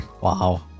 Wow